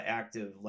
active